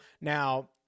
Now